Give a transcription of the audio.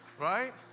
right